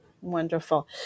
Wonderful